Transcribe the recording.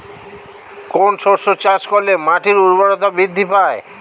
কোন শস্য চাষ করলে মাটির উর্বরতা বৃদ্ধি পায়?